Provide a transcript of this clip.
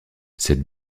cette